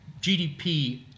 GDP